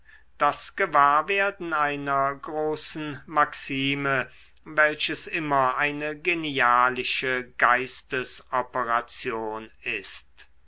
das gewahrwerden einer großen maxime welches immer eine genialische geistesoperation ist